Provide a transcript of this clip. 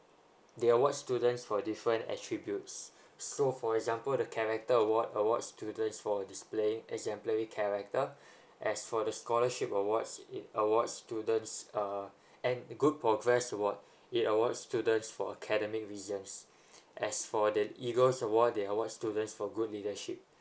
they awards students for different attributes so for example the character award award's students for displaying exemplary character as for the scholarship awards it awards students uh and the good progress awards it awards students for academic reasons as for the eagles award they awards students for good leadership